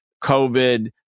COVID